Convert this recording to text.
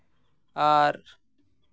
ᱟᱨ